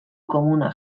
komunak